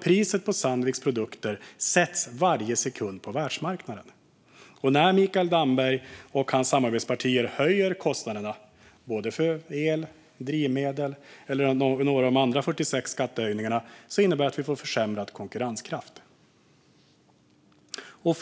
Priset på Sandviks produkter sätts varje sekund på världsmarknaden. När Mikael Damberg och hans samarbetspartier höjer kostnaderna för el, drivmedel och annat genom sina 46 skattehöjningar innebär det att vi får försämrad konkurrenskraft.